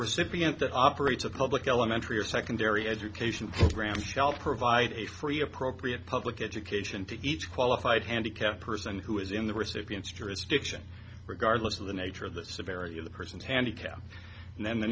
recipient that operates a public elementary or secondary education program shall provide a free appropriate public education to each qualified handicapped person who is in the recipient's jurisdiction regardless of the nature of the severity of the person's handicap and then the